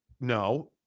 No